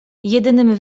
jedynym